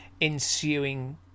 ensuing